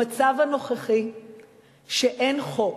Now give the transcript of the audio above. המצב הנוכחי שאין חוק,